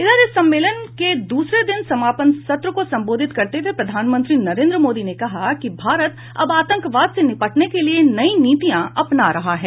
इधर इस सम्मेलन के दूसरे दिन समापन सत्र को संबोधित करते हुए प्रधानमंत्री नरेन्द्र मोदी ने कहा कि भारत अब आतंकवाद से निपटने के लिए नई नीतियां अपना रहा है